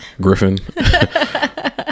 Griffin